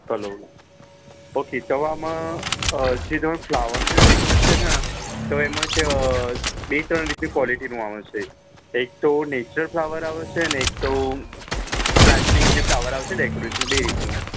hello okay તો હવે આમાં જે તમે ફ્લાવરનું જે ડૅકોરેશન છે ને તો એમાં છે બે ત્રણ રીતની ક્વૉલિટીનું આવે છે એ એક તો નેચરલ ફ્લાવર આવે છે ને એક તો પ્લાસ્ટિકનાં જે ફ્લાવર આવે છે ને ડૅકોરેશનનાં એ રીતનું